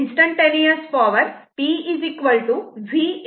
instantaneous power p v i आहे